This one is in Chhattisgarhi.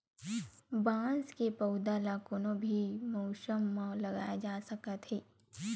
बांस के पउधा ल कोनो भी मउसम म लगाए जा सकत हे